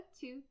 two